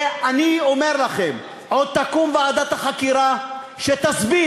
ואני אומר לכם: עוד תקום ועדת החקירה שתסביר